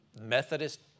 Methodist